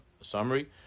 summary